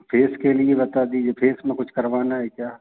face के लिए बता दीजिए फेस में कुछ करवाना है क्या